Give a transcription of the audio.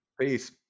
Peace